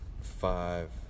five